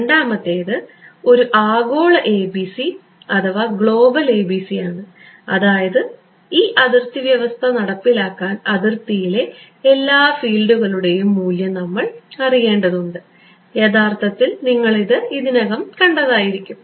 രണ്ടാമത്തേത് ഒരു ആഗോള ABC ആണ് അതായത് ഈ അതിർത്തി വ്യവസ്ഥ നടപ്പിലാക്കാൻ അതിർത്തിയിലെ എല്ലാ ഫീൽഡുകളുടെയും മൂല്യം നമ്മൾ അറിയേണ്ടതുണ്ട് യഥാർത്ഥത്തിൽ നിങ്ങൾ ഇത് ഇതിനകം കണ്ടതായിരിക്കും